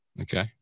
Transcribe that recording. Okay